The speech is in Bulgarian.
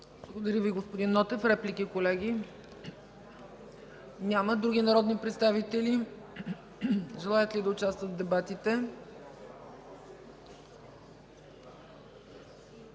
Благодаря Ви, господин Нотев. Реплики? Няма. Други народни представители желаят ли да участват в дебатите?